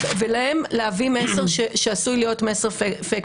ולהם להעביר מסר שעלול להיות מסר "פייק".